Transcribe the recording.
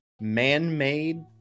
man-made